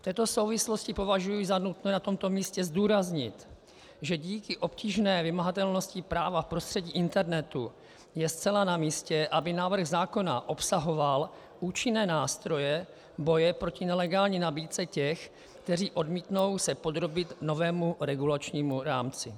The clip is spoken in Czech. V této souvislosti považuji za nutné na tomto místě zdůraznit, že díky obtížné vymahatelnosti práva v prostředí internetu je zcela namístě, aby návrh zákona obsahoval účinné nástroje boje proti nelegální nabídce těch, kteří se odmítnou podrobit novému regulačnímu rámci.